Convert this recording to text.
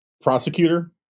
prosecutor